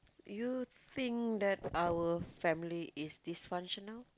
you think that our family is dysfunctional